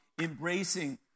embracing